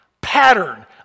pattern